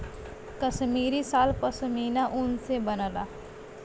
कसमीरी साल पसमिना ऊन से बनला